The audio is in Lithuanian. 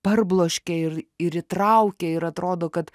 parbloškia ir ir įtraukia ir atrodo kad